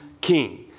king